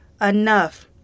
enough